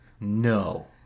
no